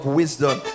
wisdom